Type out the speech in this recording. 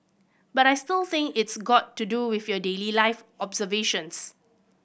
but I still think it's got to do with your daily life observations